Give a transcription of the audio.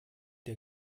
der